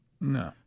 No